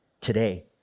today